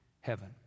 heaven